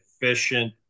efficient